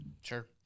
sure